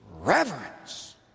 reverence